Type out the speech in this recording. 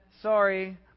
sorry